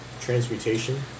transmutation